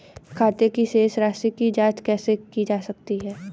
खाते की शेष राशी की जांच कैसे की जाती है?